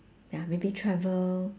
ya maybe travel